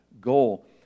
goal